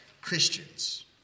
Christians